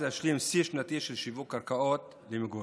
להשלים שיא שנתי של שיווק קרקעות למגורים.